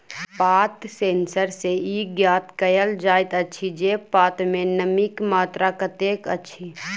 पात सेंसर सॅ ई ज्ञात कयल जाइत अछि जे पात मे नमीक मात्रा कतेक अछि